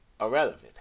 irrelevant